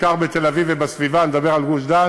בעיקר בתל-אביב ובסביבה, ואני מדבר על גוש-דן,